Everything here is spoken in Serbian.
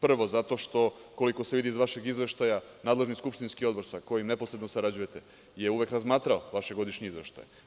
Prvo, zato što, koliko se vidi iz vašeg izveštaja, nadležni skupštinski odbor sa kojim neposredno sarađujete je uvek razmatrao vaše godišnje izveštaje.